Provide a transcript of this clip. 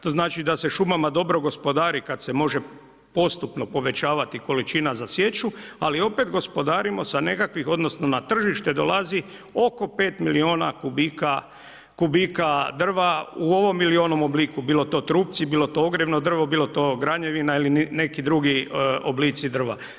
To znači da se šumama dobro gospodari kad se može postupno povećavati količina za sječu, ali opet gospodarimo sa nekakvih, odnosno na tržište dolazi oko 5 milijuna kubika drva u ovom ili onom obliku, bilo to trupci, bilo to ogrjevno drvo, bilo to granjevina ili neki drugi oblici drva.